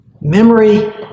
Memory